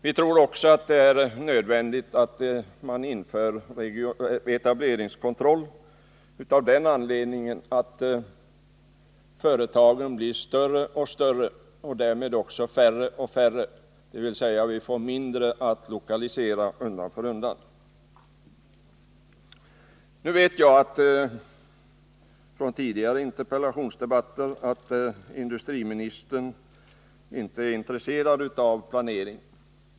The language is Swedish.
Vi tror också att det är nödvändigt att införa etableringskontroll av den anledningen att företagen blir större och större och därmed också färre och färre, dvs. vi får mindre att lokalisera undan för undan. Nu vet jag från tidigare interpellationsdebatter att industriministern inte är intresserad av planering.